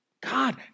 God